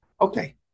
Okay